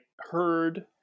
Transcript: heard